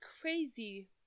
crazy